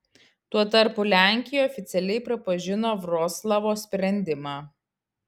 tuo tarpu lenkija oficialiai pripažino vroclavo sprendimą